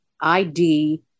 ID